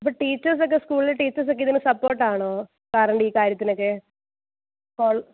അപ്പം ടീച്ചേഴ്സ് ഒക്കെ സ്കൂളിലെ ടീച്ചേഴ്സ് ഒക്കെ ഇതിന് സപ്പോർട്ട് ആണോ സാറിന്റെ ഈ കാര്യത്തിനൊക്കെ ഫോൾ